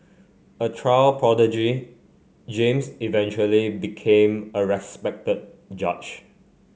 a child prodigy James eventually became a respected judge